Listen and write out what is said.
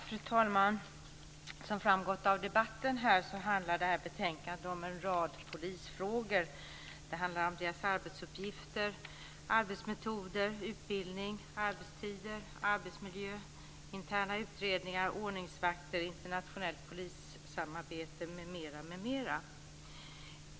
Fru talman! Som framgått av debatten här handlar det här betänkandet om en rad polisfrågor. Det handlar om deras arbetsuppgifter, arbetsmetoder, utbildning, arbetstider, arbetsmiljö, om interna utredningar, ordningsvakter, internationellt polissamarbete m.m.